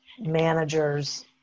managers